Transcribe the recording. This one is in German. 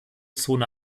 zone